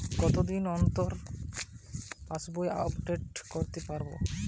কতদিন অন্তর পাশবই আপডেট করতে পারব?